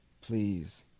please